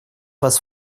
вас